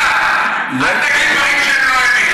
ניסן, אל תגיד דברים שהם לא אמת.